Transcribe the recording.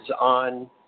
on